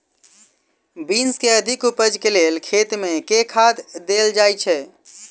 Beans केँ अधिक उपज केँ लेल खेत मे केँ खाद देल जाए छैय?